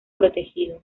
protegido